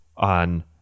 On